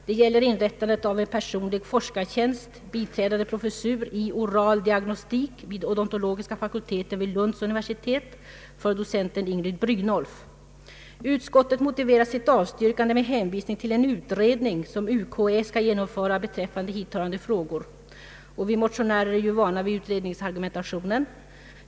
Det gäller inrättandet av en personlig forskartjänst i oral diagnostik vid odontologiska fakulteten vid Lunds universitet för med. lic., odont. dr, docenten I. Brynoif. Utskottet motiverar sitt avstyrkande med hänvisning till en utredning som UKÄ skall genomföra beträffande hithörande frågor. Vi motionärer är ju vana vid utredningsargumentationen.